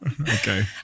okay